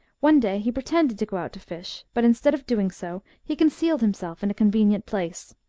one day he pretended to go out to fish, but, instead of doing so, he concealed himself in a conve nient place.